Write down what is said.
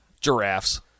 giraffes